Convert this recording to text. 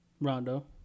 Rondo